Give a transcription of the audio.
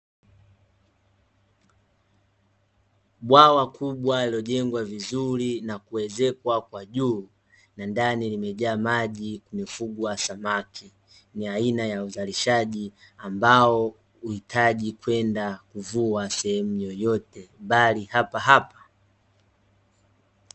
Bwawa kubwa lililojengwa vizuri na kuezekwa kwa juu, na ndani limejaa maji, kumefugwa samaki. Ni aina ya uzalishaji ambao hauhitaji kwenda kuvua sehemu yeyote, bali hapahapa.